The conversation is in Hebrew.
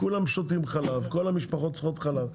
כולם שותים חלב, כל המשפחות צריכות חלב.